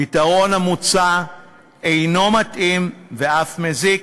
הפתרון המוצע אינו מתאים, ואף מזיק.